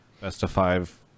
best-of-five